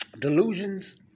Delusions